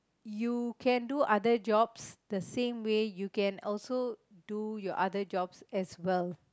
you can do other jobs the same way you can also do your other job as well